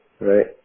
right